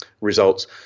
results